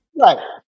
Right